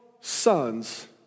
sons